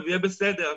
יהיה בסדר,